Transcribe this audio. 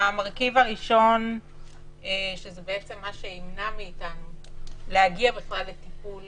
המרכיב הראשון זה בעצם מה שימנע מאתנו להגיע בכלל לטיפול